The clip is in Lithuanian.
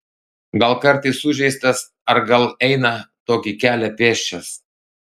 gal kartais sužeistas ar gal eina tokį kelią pėsčias